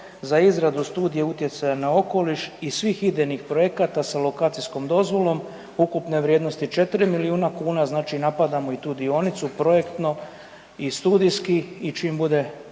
za izradu studije utjecaja na okoliš i svih idejnih projekata sa lokacijskom dozvolom ukupne vrijednosti 4 milijuna kuna, znači napadamo i tu dionicu, projektno i studijski i čim bude